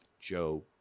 Joe